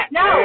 no